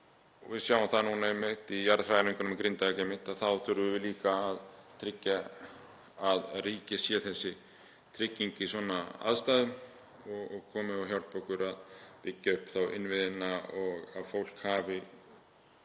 Við sjáum það núna einmitt í jarðhræringunum í Grindavík að þá þurfum við líka að tryggja að ríkið sé þessi trygging í svona aðstæðum og komi og hjálpi okkur að byggja upp innviðina og að fólk hafi